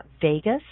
Vegas